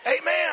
Amen